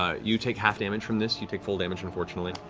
ah you take half damage from this. you take full damage, unfortunately.